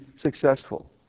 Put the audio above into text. successful